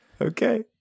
Okay